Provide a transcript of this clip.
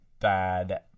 bad